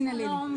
שלום.